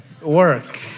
work